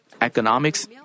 economics